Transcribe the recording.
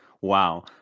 wow